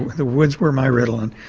the woods were my ritalin.